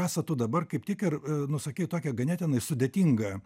rasa tu dabar kaip tik ir nusakei tokią ganėtinai sudėtingą